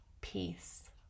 peace